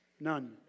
None